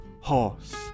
horse